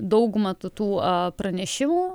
dauguma tų pranešimų